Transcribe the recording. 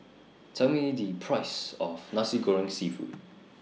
Tell Me The Price of Nasi Goreng Seafood